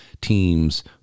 teams